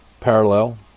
parallel